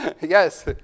Yes